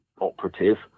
operative